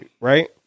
Right